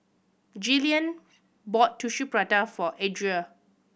Jillian bought Tissue Prata for Adria